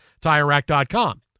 TireRack.com